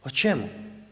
O čemu?